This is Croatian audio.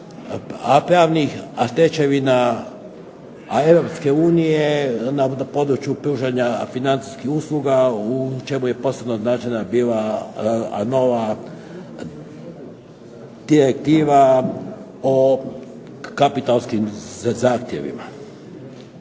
pravnih stečevina Europske unije na području pružanja financijskih usluga u čemu je posebno označena bila nova direktiva o kapitalskim zahtjevima.